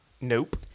Nope